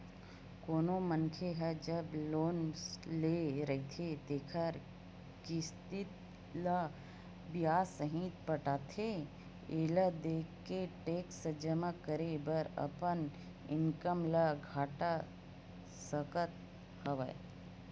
कोनो मनखे ह जब लोन ले रहिथे तेखर किस्ती ल बियाज सहित पटाथे एला देखाके टेक्स जमा करे बर अपन इनकम ल घटा सकत हवय